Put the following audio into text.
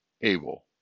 able